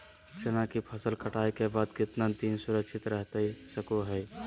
चना की फसल कटाई के बाद कितना दिन सुरक्षित रहतई सको हय?